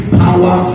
power